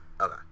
Okay